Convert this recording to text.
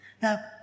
Now